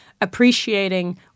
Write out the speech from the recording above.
appreciating